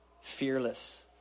Fearless